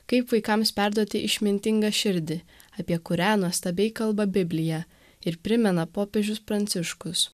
kaip vaikams perduoti išmintingą širdį apie kurią nuostabiai kalba biblija ir primena popiežius pranciškus